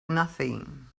nothing